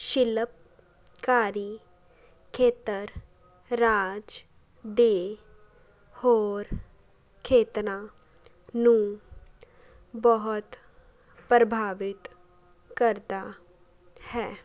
ਸ਼ਿਲਪਕਾਰੀ ਖੇਤਰ ਰਾਜ ਦੇ ਹੋਰ ਖੇਤਰਾਂ ਨੂੰ ਬਹੁਤ ਪ੍ਰਭਾਵਿਤ ਕਰਦਾ ਹੈ